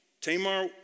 Tamar